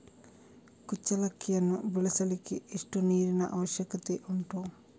ಕುಚ್ಚಲಕ್ಕಿಯನ್ನು ಬೆಳೆಸಲಿಕ್ಕೆ ಎಷ್ಟು ನೀರಿನ ಅವಶ್ಯಕತೆ ಉಂಟು?